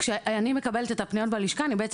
כשאני מקבלת את הפניות בלשכה אני בעצם